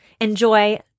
Enjoy